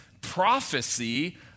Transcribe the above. prophecy